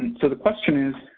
and so the question is,